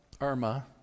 Irma